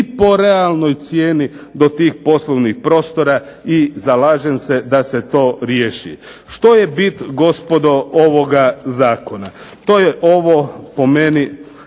ni po realnoj cijeni do tih poslovnih prostora i zalažem se da se to riješi. Što je bit gospodo ovoga zakona? To je ovo po meni